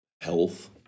health